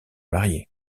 marié